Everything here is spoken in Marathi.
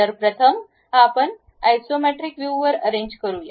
प्रथम आपण हे आयसोमेट्रिक व्यू वर अरेंज करू